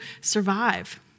survive